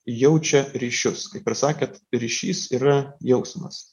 jaučia ryšius kaip ir sakėt ryšys yra jausmas